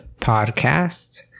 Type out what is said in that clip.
podcast